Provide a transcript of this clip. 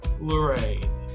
lorraine